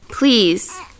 Please